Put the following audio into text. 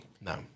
No